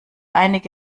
einige